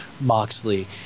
Moxley